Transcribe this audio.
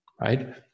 Right